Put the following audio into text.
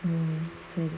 um